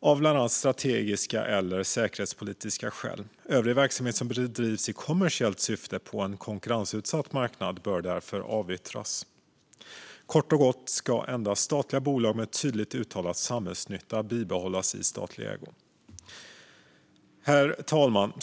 av bland annat strategiska eller säkerhetspolitiska skäl. Övrig verksamhet som bedrivs i kommersiellt syfte på en konkurrensutsatt marknad bör därefter avyttras. Kort och gott ska endast statliga bolag med tydligt uttalad samhällsnytta bibehållas i statlig ägo. Herr talman!